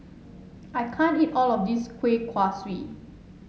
I can't eat all of this Kueh Kaswi